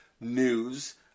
news